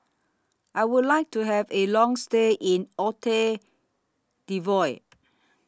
I Would like to Have A Long stay in